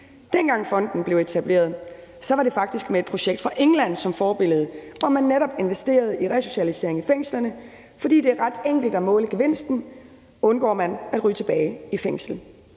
Dengang fonden blev etableret, var det faktisk med et projekt fra England som forbillede, hvor man netop investerede i resocialisering i fængslerne, fordi det er ret enkelt at måle gevinsten: Undgår man at ryge tilbage i fængsel?